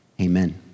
Amen